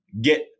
Get